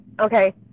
Okay